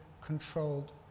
controlled